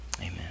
Amen